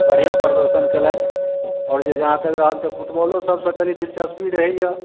बढ़िऑं प्रदर्शन केलथि आओर जे जहाँ तक रहल तऽ फुटबॉलो सब सऽ कनी दिलचस्पी रहैया